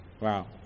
Wow